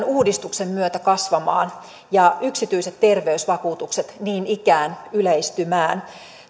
uudistuksen myötä kasvamaan ja yksityiset terveysvakuutukset niin ikään yleistymään